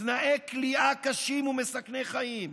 תנאי כליאה קשים ומסכני חיים,